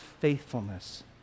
faithfulness